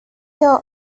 doe